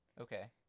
Okay